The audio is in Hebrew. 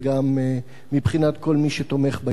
וגם מבחינת כל מי שתומך בהתיישבות.